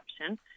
option